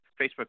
Facebook